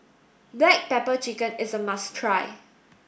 black pepper chicken is a must try